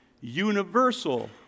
universal